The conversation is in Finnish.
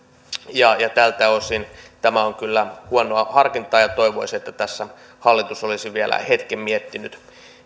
tältä osin tämä on kyllä huonoa harkintaa ja toivoisi että tässä hallitus olisi vielä hetken miettinyt